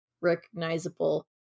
recognizable